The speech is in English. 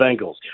Bengals